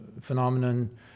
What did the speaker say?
phenomenon